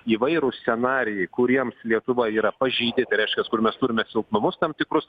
įvairūs scenarijai kuriems lietuva yra pažeidi tai reiškias kur mes turime silpnumus tam tikrus